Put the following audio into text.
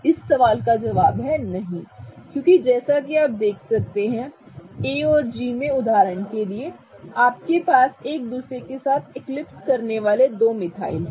इस सवाल का जवाब नहीं है सही है क्योंकि जैसा कि आप A और G में देख सकते हैं उदाहरण के लिए आपके पास एक दूसरे के साथ एक्लिप्स करने वाले 2 मिथाइल हैं